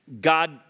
God